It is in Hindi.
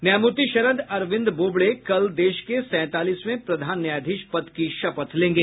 न्यायमूर्ति शरद अरविन्द बोबड़े कल देश के सैंतालीसवें प्रधान न्यायाधीश पद की शपथ लेंगे